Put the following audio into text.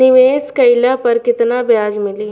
निवेश काइला पर कितना ब्याज मिली?